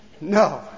No